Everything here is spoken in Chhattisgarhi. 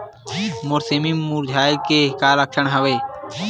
मोर सेमी मुरझाये के का लक्षण हवय?